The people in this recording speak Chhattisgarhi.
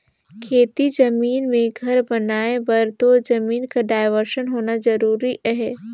खेती जमीन मे घर बनाए बर तोर जमीन कर डाइवरसन होना जरूरी अहे